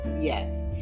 Yes